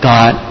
God